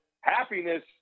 Happiness